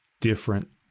different